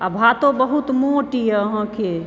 आ भातो बहुत मोट यऽ अहाँकेँ